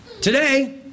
Today